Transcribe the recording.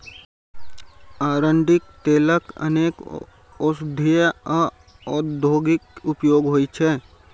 अरंडीक तेलक अनेक औषधीय आ औद्योगिक उपयोग होइ छै